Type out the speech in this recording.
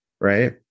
Right